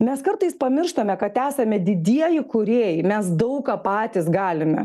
mes kartais pamirštame kad esame didieji kūrėjai mes daug ką patys galime